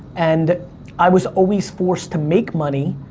and i was always forced to make money,